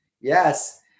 Yes